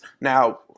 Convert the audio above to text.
Now